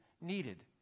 needed